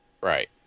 Right